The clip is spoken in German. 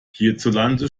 hierzulande